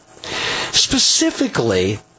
Specifically